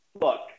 look